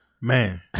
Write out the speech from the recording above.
Man